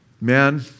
Man